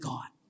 God